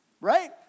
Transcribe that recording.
Right